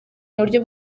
buryo